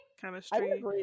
Chemistry